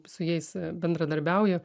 su jais bendradarbiauju